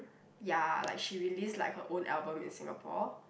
ya like she released like her own album in Singapore